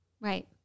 Right